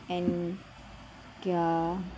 and yeah